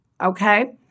okay